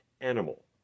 animal